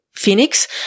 phoenix